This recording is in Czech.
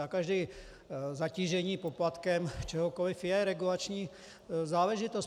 A každé zatížení poplatkem čehokoli je regulační záležitost.